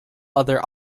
other